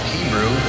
Hebrew